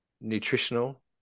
nutritional